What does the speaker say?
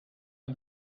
and